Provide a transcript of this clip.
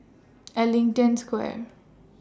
Ellington Square